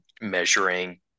measuring